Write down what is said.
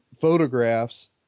photographs